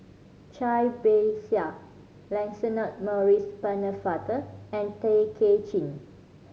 Cai Bixia Lancelot Maurice Pennefather and Tay Kay Chin